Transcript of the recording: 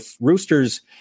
roosters